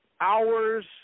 hours